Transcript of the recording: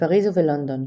בפריז ובלונדון